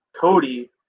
Cody